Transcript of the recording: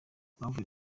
bavuye